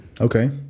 okay